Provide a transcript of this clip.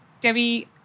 Debbie